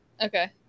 Okay